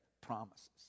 promises